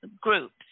groups